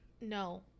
No